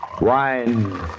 Wine